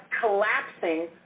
collapsing